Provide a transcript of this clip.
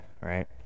right